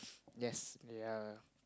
yes ya